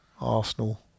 Arsenal